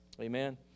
Amen